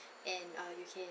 and uh you can